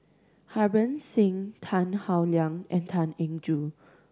Harbans Singh Tan Howe Liang and Tan Eng Joo